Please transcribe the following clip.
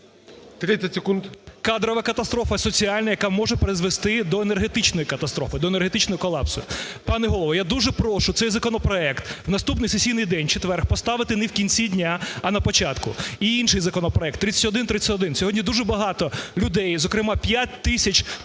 кадрова катастрофа, соціальна, яка може призвести до енергетичної катастрофи, до енергетичного колапсу. Пане Голово, я дуже прошу цей законопроект в наступний сесійний день четвер поставити не в кінці дня, а на початку. І інший законопроект 3131, сьогодні дуже багато людей, зокрема, 5 тисяч